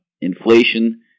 inflation